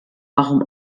warum